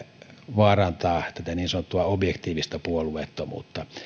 vaarantaa tätä niin sanottua objektiivista puolueettomuutta